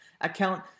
account